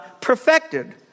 perfected